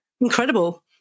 Incredible